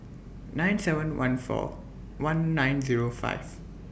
nine seven one four one nine Zero five